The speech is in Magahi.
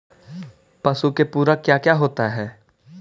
पशु के पुरक क्या क्या होता हो?